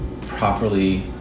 properly